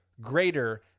greater